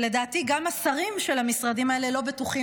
שלדעתי גם השרים של המשרדים האלה לא בטוחים